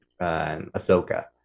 Ahsoka